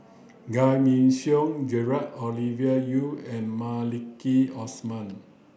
Giam Yean Song Gerald Ovidia Yu and Maliki Osman